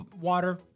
water